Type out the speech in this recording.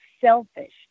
selfish